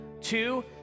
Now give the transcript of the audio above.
Two